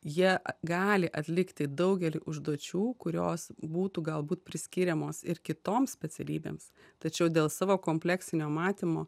jie gali atlikti daugelį užduočių kurios būtų galbūt priskiriamos ir kitoms specialybėms tačiau dėl savo kompleksinio matymo